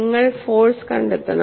നിങ്ങൾ ഫോഴ്സ് കണ്ടെത്തണം